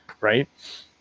right